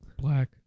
black